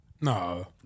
no